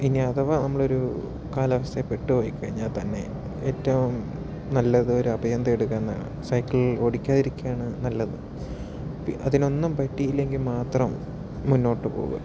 ഇനി അഥവാ നമ്മളൊരു കാലാവസ്ഥയിൽ പെട്ടുപോയിക്കഴിഞ്ഞാൽ തന്നെ ഏറ്റവും നല്ലത് ഒരു അഭയം തേടുക എന്നതാണ് സൈക്കിൾ ഓടിക്കാതിരിക്കുകയാണ് നല്ലത് അതിനൊന്നും പറ്റിയില്ലെങ്കിൽ മാത്രം മുന്നോട്ട് പോകുക